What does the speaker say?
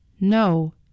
No